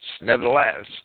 nevertheless